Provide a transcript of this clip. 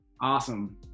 awesome